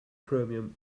chromium